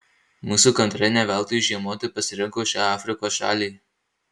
mūsų gandrai ne veltui žiemoti pasirinko šią afrikos šalį